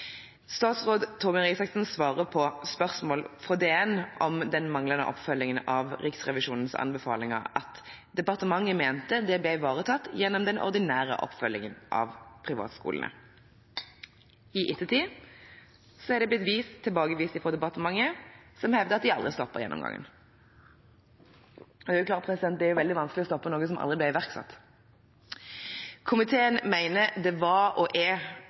Statsråd Torbjørn Røe Isaksen svarer på spørsmål fra Dagens Næringsliv om den manglende oppfølgingen av Riksrevisjonens anbefalinger at «departementet mente det ble ivaretatt gjennom den ordinære oppfølgingen av privatskolene». I ettertid har det blitt tilbakevist fra departementet, som hevder at de aldri stoppet gjennomgangen. Det er klart det er veldig vanskelig å stoppe noe som aldri ble iverksatt. Komiteen mener det var og er